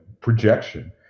projection